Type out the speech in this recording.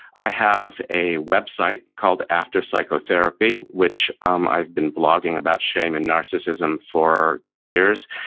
i have a website called after psychotherapy which um i've been blogging about shame and narcissism for years.